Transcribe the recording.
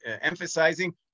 emphasizing